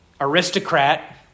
aristocrat